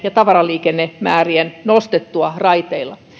ja tavaraliikenteemme määriä nostettua raiteilla